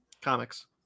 Comics